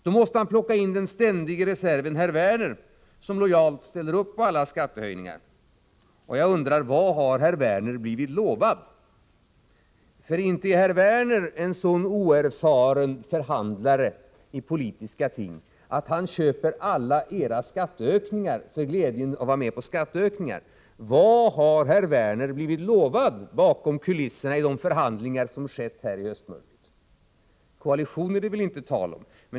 Då måste han plocka in den ständige reserven herr Werner, som lojalt ställer upp på alla skattehöjningar. Jag undrar då: Vad har herr Werner blivit lovad? För inte är herr Werner en så oerfaren förhandlare i politiska ting att han köper alla era skatteökningar för glädjen att få vara med på skattehöjningar. Vad har herr Werner blivit lovad bakom kulisserna i de förhandlingar som skett här i höstmörkret? Koalition är det väl inte tal om.